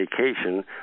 vacation